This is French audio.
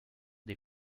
des